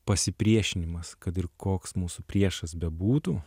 pasipriešinimas kad ir koks mūsų priešas bebūtų